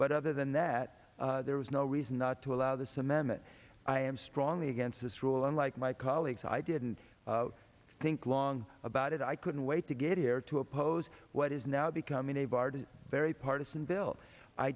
but other than that there was no reason not to allow this amendment i am strongly against this rule and like my colleagues i didn't think long about it i couldn't wait to get here to oppose what is now becoming a bar to a very partisan bill i